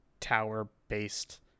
tower-based